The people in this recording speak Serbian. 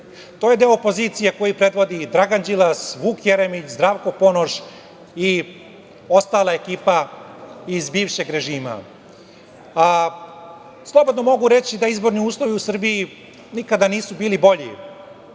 To je deo opozicije koji predvodi Dragan Đilas, Vuk Jeremić, Zdravko Ponoš i ostala ekipa iz bivšeg režima. Slobodno mogu reći da izborni uslovi u Srbiji nikada nisu bili bolji,